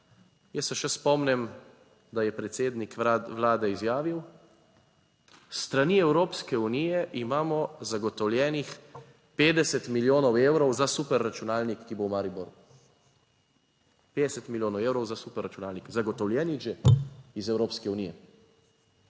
Jaz se še spomnim, da je predsednik Vlade izjavil, s strani Evropske unije imamo zagotovljenih 50 milijonov evrov za super računalnik, ki bo v Mariboru, 50 milijonov evrov za superračunalnik zagotovljenih že iz Evropske unije,